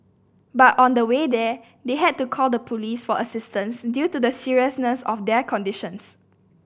but on the way there they had to call the police for assistance due to the seriousness of their conditions